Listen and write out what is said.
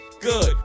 good